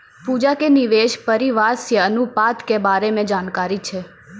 पूजा के निवेश परिव्यास अनुपात के बारे मे जानकारी छै